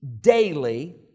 daily